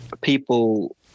people